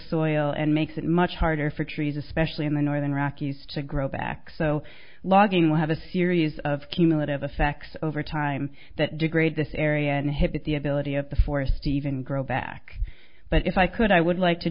soil and makes it much harder for trees especially in the northern rockies to grow back so logging will have a series of cumulative effects over time that degrade this area inhibit the ability of the forest even grow back but if i could i would like to